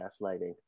gaslighting